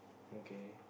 okay